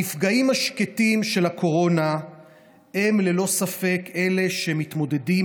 הנפגעים השקטים של הקורונה הם ללא ספק אלה שמתמודדים,